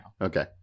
Okay